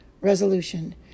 resolution